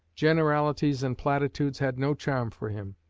generalities and platitudes had no charm for him.